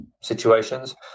situations